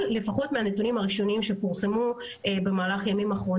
אז קודם כל הנתונים העדכניים ובכלל לא סודיים שמפורסמים באתר שלנו,